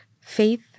faith